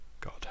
God